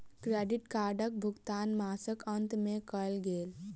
credit कार्डक भुगतान मासक अंत में कयल गेल